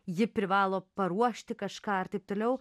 ji privalo paruošti kažką ir taip toliau